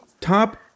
Top